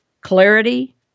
Clarity